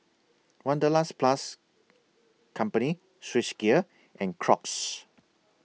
Wanderlust Plus Company Swissgear and Crocs